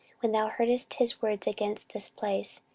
when thou heardest his words against this place,